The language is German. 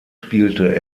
spielte